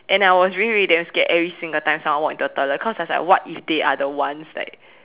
and I was really really damn scared every single time someone walk into the toilet cause I was like what if they are the ones like